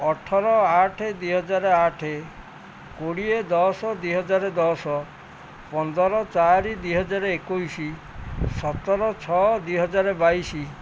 ଅଠର ଆଠେ ଦୁଇ ହଜାର ଆଠେ କୋଡ଼ିଏ ଦଶ ଦୁଇ ହଜାର ଦଶ ପନ୍ଦର ଚାରି ଦୁଇ ହଜାର ଏକୋଇଶ ସତର ଛଅ ଦୁଇ ହଜାର ବାଇଶ